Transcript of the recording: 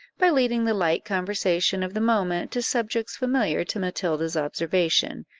by leading the light conversation of the moment to subjects familiar to matilda's observation,